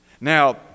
Now